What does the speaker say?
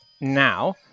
Now